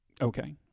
Okay